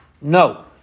No